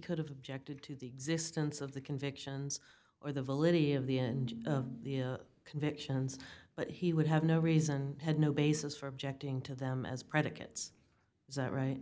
could have objected to the existence of the convictions or the validity of the end of the convictions but he would have no reason had no basis for objecting to them as predicates zat right